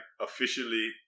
officially